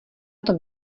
tom